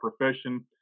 profession